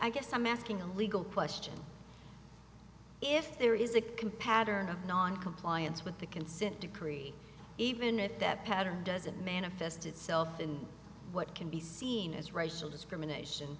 i guess i'm asking a legal question if there is a competitor of noncompliance with the consent decree even it that pattern doesn't manifest itself in what can be seen as racial discrimination